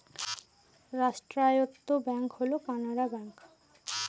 রাষ্ট্রায়ত্ত ব্যাঙ্ক হল কানাড়া ব্যাঙ্ক